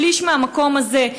שליש מהמקום הזה,